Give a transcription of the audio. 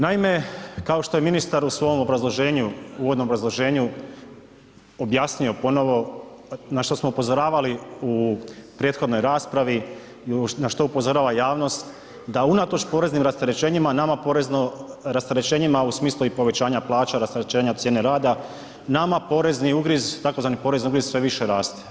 Naime, kao što je ministar u svom obrazloženju, uvodnom obrazloženju objasnio ponovo na što smo upozoravali u prethodnoj raspravi, na što upozorava jasnost da unatoč poreznim rasterećenjima nama porezno rasterećenjima u smislu i povećanja plaća, rasterećenja cijene rada, nama porezni ugriz, tzv. porezni ugriz sve više raste.